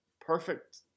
perfect